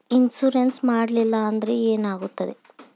Insurance ಮಾಡಲಿಲ್ಲ ಅಂದ್ರೆ ಏನಾಗುತ್ತದೆ?